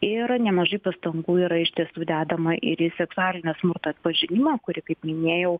ir nemažai pastangų yra iš tiesų dedama ir į seksualinio smurto atpažinimą kuri kaip minėjau